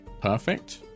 perfect